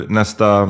nästa